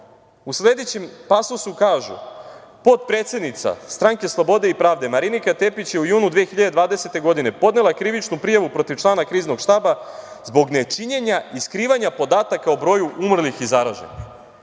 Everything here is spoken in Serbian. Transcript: u sledećem pasusu kažu – potpredsednica Stranke slobode i pravde Marinika Tepić je u junu 2020. godine podnela krivičnu prijavu protiv člana Kriznog štaba zbog nečinjenja i skrivanja podataka o broju umrlih i zaraženih,